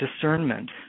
discernment